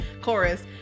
chorus